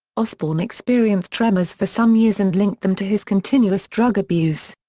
osbourne experienced tremors for some years and linked them to his continuous drug abuse.